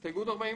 הסתייגות 43: